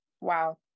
wow